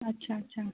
अच्छा अच्छा